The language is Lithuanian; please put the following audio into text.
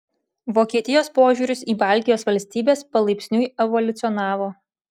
vokietijos požiūris į baltijos valstybes palaipsniui evoliucionavo